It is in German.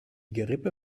gerippe